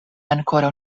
ankoraŭ